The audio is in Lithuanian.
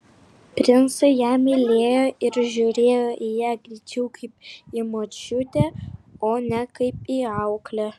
princai ją mylėjo ir žiūrėjo į ją greičiau kaip į močiutę o ne kaip į auklę